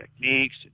techniques